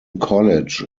college